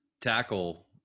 tackle